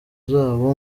zabo